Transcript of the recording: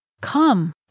Come